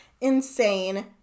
insane